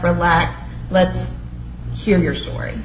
relax let's hear your story